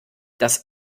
das